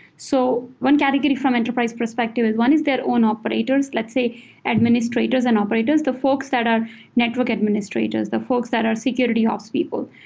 so one category from enterprise perspective is one is their own operators. let's say administrators and operators, the folks that are networking administrators, the folks that are security ops people.